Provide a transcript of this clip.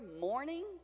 morning